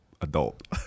adult